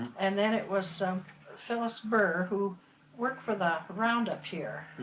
and then it was so phyllis birr who worked for the roundup here,